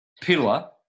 pillar